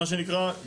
מה שנקרא,